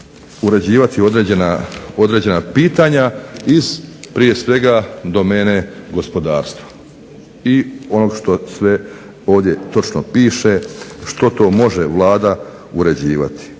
uređivati određena pitanja iz prije svega domene gospodarstva i onog što sve ovdje piše što to može Vlada uređivati.